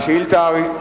שאילתות.